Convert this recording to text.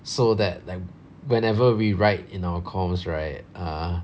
so that lik~ whenever we write in our calls right err